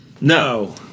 No